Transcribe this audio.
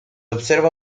observa